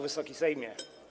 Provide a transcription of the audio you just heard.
Wysoki Sejmie!